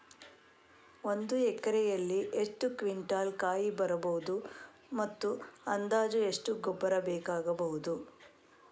ಒಂದು ಎಕರೆಯಲ್ಲಿ ಎಷ್ಟು ಕ್ವಿಂಟಾಲ್ ಕಾಯಿ ಬರಬಹುದು ಮತ್ತು ಅಂದಾಜು ಎಷ್ಟು ಗೊಬ್ಬರ ಬೇಕಾಗಬಹುದು?